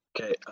Okay